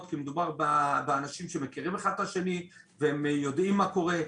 כי מדובר באנשים שמכירים אחד את השני והם יודעים מה קורה.